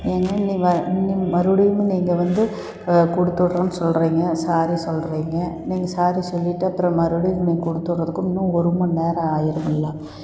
ஏங்க நீங்கள் நீங்கள் மறுபடியுமும் நீங்கள் வந்து கொடுத்து விட்றோன்னு சொல்கிறீங்க ஸாரி சொல்கிறீங்க நீங்கள் ஸாரி சொல்லிவிட்டு அப்புறம் மறுபடியும் நீங்கள் கொடுத்து விட்றதுக்கும் இன்னும் ஒரு மணிநேரம் ஆயிடும்ல